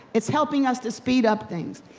it's helping us to speed up things,